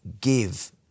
give